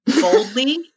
boldly